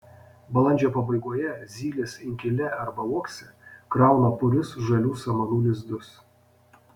balandžio pabaigoje zylės inkile arba uokse krauna purius žalių samanų lizdus